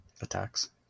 attacks